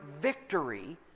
victory